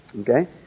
Okay